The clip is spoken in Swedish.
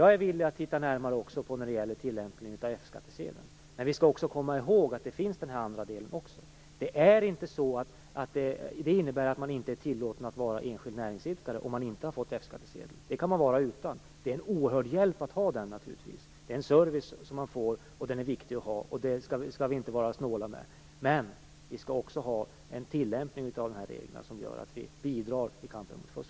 Jag är villig att titta närmare på tillämpningen av F-skattsedel, men vi skall också komma ihåg att den andra delen finns också. Det innebär inte att det inte är tillåtet att vara enskild näringsidkare om man inte fått F-skattsedel, det kan man vara utan. Det är naturligtvis en oerhörd hjälp att ha den. Det är en service, och den är viktig att ha. Det skall vi inte vara snåla med. Men vi skall också ha en tillämpning av reglerna som gör att vi bidrar i kampen mot fusk.